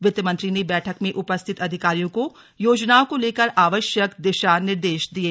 वित्त मंत्री ने बैठक में उपस्थित अधिकारियों को योजनाओं को लेकर आवश्यक दिशा निर्देश दिये